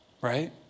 right